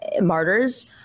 martyrs